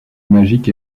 magique